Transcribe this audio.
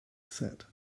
said